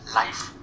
life